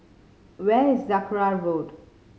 where is Sakra Road